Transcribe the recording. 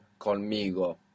conmigo